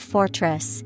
Fortress